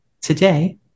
today